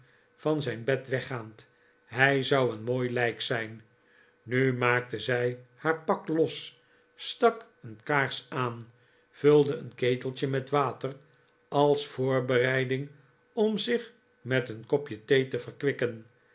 van het bed weggaand hij zou een mooi lijk zijn nu maakte zij haar pak los stak een kaars aan vulde een keteltje met water als voorbereiding om zich met een kopje thee te verkwikken